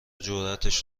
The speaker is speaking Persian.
جراتش